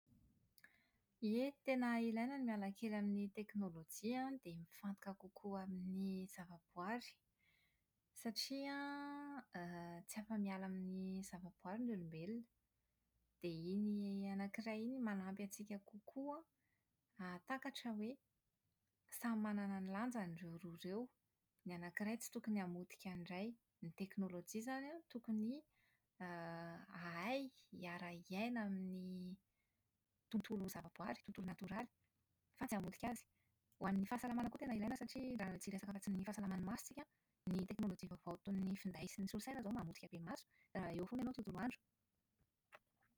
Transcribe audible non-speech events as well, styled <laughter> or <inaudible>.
Ie, tena ilaina ny miala kely amin'ny teknolojia an dia mifantoka kokoa amin'ny zavaboary satria an <hesitation> > tsy afa-miala amin'ny zavaboary ny olombelona. Dia iny anankiray iny manampy antsika kokoa hahatakatra hoe samy manana ny lanjany ireo roa ireo. Ny anankiray tsy tokony hamotika ny iray. Ny teknolojia izany an, tokony hahay hiara-hiaina amin'ny tontolo zavaboary, tontolo natoraly fa tsy hamotika azy. Ho an'ny fahasalamana koa tena ilaina satria raha tsy hiresaka afa-tsy ny fahasalaman'ny maso isika an, ny teknolojia vaovao ataon'ny finday sy ny solosaina izao mamotika be ny maso raha eo foana ianao tontolo andro.